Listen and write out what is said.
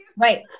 Right